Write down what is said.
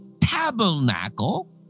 tabernacle